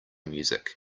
music